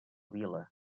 vila